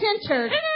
centered